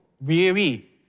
weary